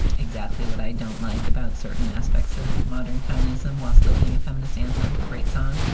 exactly what i don't like about certain aspects of modern feminism while still being a feminist anthem great song,